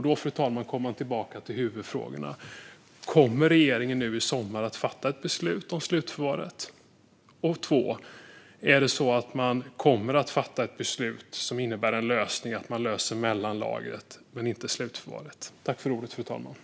Då, fru talman, kommer vi tillbaka till huvudfrågorna: Kommer regeringen nu i sommar att fatta ett beslut om slutförvaret, och kommer man att fatta ett beslut som innebär att man löser frågan om mellanlagret men inte frågan om slutförvaret?